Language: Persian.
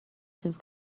چیزی